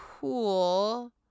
cool